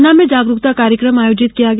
पन्ना में जागरुकता कार्यक्रम आयोजित किया गया